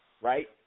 right